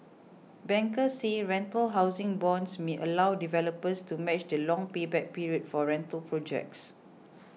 bankers say rental housing bonds may allow developers to match the long payback period for rental projects